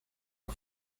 las